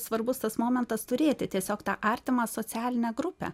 svarbus tas momentas turėti tiesiog tą artimą socialinę grupę